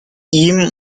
ihm